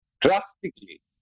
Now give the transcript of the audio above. drastically